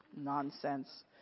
nonsense